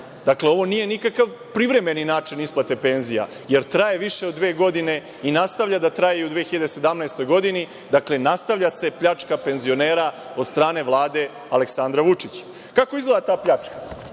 Dakle, ovo nije nikakav privremeni način isplate penzija, jer traje više od dve godine i nastavlja da traje u 2017. godini. Dakle, nastavlja se pljačka penzionera od strane Vlade Aleksandra Vučića. Kako izgleda ta pljačka?